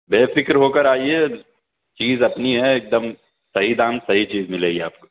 بے فکر ہو کر آئیے چیز اپنی ہے ایک دم صحیح دام صحیح چیز ملے گی آپ کو